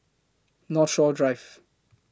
Northshore Drive